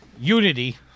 Unity